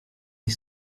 ich